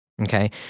okay